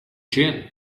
gin